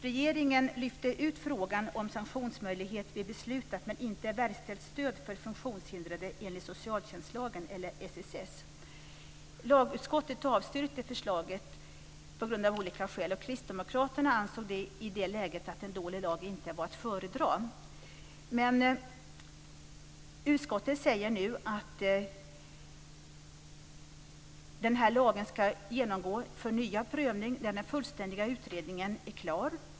Regeringen lyfte ut frågan om sanktionsmöjlighet vid beslutat men inte verkställt stöd för funktionshindrade enligt socialtjänstlagen eller Kristdemokraterna ansåg i det läget att en dålig lag inte var att föredra. Utskottet säger nu att den här lagen ska genomgå förnyad prövning när den fullständiga utredningen är klar.